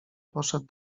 poszedł